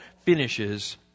finishes